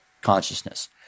consciousness